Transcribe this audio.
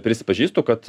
prisipažįstu kad